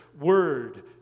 word